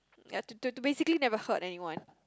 ya to to to basically never hurt anyone